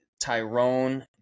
Tyrone